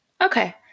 okay